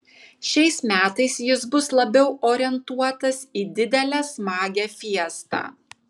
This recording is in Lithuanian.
šiais metais jis bus labiau orientuotas į didelę smagią fiestą